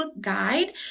guide